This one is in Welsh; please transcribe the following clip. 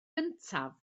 gyntaf